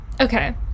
Okay